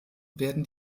werden